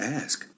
ask